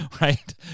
right